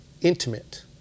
intimate